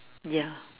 ya